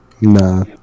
Nah